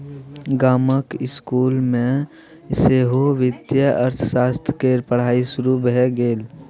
गामक इसकुल मे सेहो वित्तीय अर्थशास्त्र केर पढ़ाई शुरू भए गेल